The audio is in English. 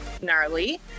gnarly